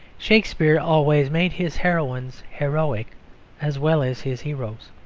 shakespeare always made his heroines heroic as well as his heroes.